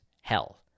hell